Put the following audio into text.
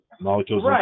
molecules